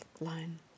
line